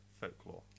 folklore